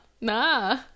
Nah